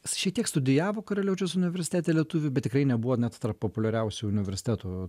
šiek tiek studijavo karaliaučiaus universitete lietuvių bet tikrai nebuvo net tarp populiariausių universitetų